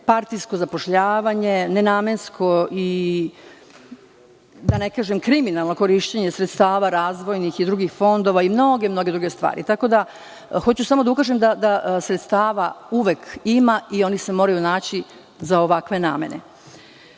partijsko zapošljavanje, nenamensko i, da ne kažem, kriminalno korišćenje sredstava razvojnih i drugih fondova i mnoge, mnoge druge stvari. Hoću samo da ukažem da sredstava uvek ima i ona se moraju naći za ovakve